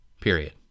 period